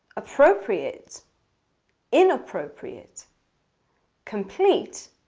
appropriate inappropriate complete